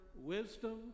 wisdom